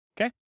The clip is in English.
okay